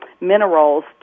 minerals